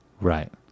Right